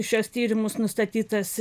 šiuos tyrimus nustatytas